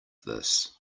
this